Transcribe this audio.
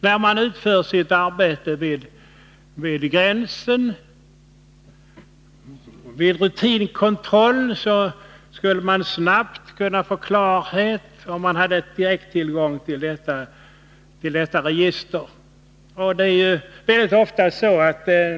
När man utför sitt arbete vid gränsen, vid rutinkontroller o. d., skulle man snabbt kunna få nödiga informationer om man hade direkttillgång till detta register.